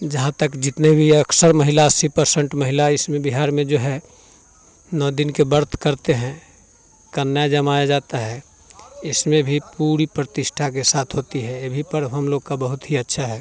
जहाँ तक जितने भी अक्सर महिला अस्सी परसेंट महिला इसमें बिहार में जो है नौ दिन के व्रत करते हैं कन्या जमाया जाता है इसमें भी पूरी प्रतिष्ठा के साथ होती है ये भी पर्व हम लोग का बहुत ही अच्छा है